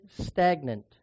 stagnant